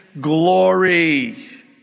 glory